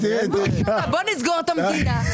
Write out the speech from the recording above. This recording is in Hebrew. בוא נסגור את המדינה.